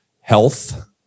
health